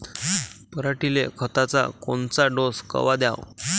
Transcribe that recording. पऱ्हाटीले खताचा कोनचा डोस कवा द्याव?